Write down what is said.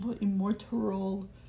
immortal